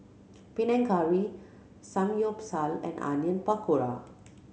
Panang Curry Samgyeopsal and Onion Pakora